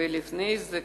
ולפני זה,